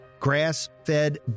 Grass-fed